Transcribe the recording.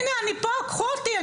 הנה אני פה קחו אותי,